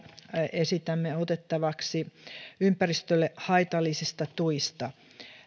esitämme otettavaksi ennen kaikkea ympäristölle haitallisista tuista